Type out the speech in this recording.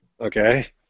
Okay